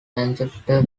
manchester